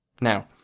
Now